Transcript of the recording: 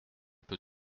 peut